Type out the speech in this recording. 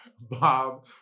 Bob